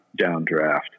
downdraft